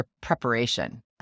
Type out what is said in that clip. preparation